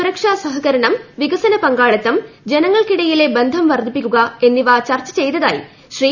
സുരക്ഷാ സഹകരണം വികസന പങ്കാളിത്തം ജനങ്ങൾക്കിടയിലെ ബന്ധം വർദ്ധിപ്പിക്കുക എന്നിവ ചർച്ച ചെയ്തതായി ശ്രീ